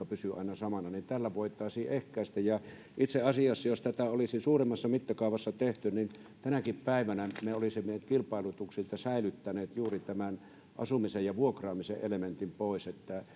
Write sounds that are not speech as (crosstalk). (unintelligible) pysyy aina samana tällä voitaisiin ehkäistä ja itse asiassa jos tätä olisi suuremmassa mittakaavassa tehty niin tänäkin päivänä me olisimme kilpailutuksilta säilyttäneet juuri tämän asumisen ja vuokraamisen elementin pois